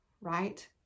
right